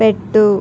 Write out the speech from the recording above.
పెట్టు